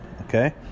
Okay